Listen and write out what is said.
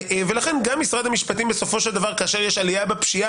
לכן גם משרד המשפטים בסופו של דבר כשיש עלייה בפשיעה,